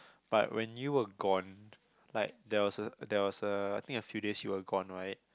but when you were gone like there was a there was a I think a few days you were gone right